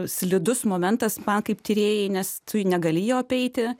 slidus momentas man kaip tyrėjai nes tu negali jo apeiti